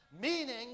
Meaning